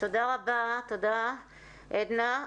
תודה רבה, עדנה.